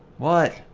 one